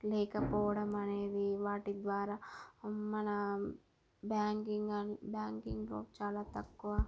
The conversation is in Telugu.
లేకపోవడం అనేది వాటి ద్వారా మన బ్యాంకింగ్ బ్యాంకింగ్ గ్రోత్ చాలా తక్కువ